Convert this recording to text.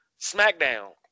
SmackDown